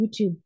YouTube